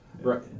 right